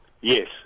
Yes